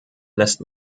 lässt